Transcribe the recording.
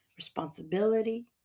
responsibility